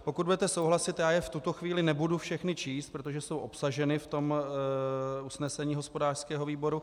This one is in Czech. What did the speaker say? Pokud budete souhlasit, já je v tuto chvíli nebudu všechny číst, protože jsou obsaženy v usnesení hospodářského výboru.